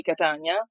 Catania